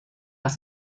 las